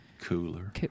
Cooler